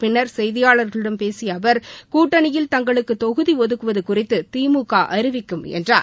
பின்னர் செய்தியாளர்களிடம் பேசிய அவர் கூட்டணியில் தங்களுக்கு தொகுதி ஒதுக்குவது குறித்து திமுக அறிவிக்கும் என்றார்